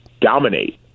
dominate